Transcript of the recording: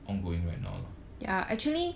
ongoing right now lah